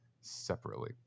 separately